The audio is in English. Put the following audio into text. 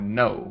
no